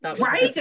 Right